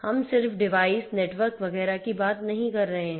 हम सिर्फ device network वगैरह की बात नहीं कर रहे हैं